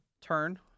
turn